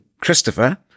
Christopher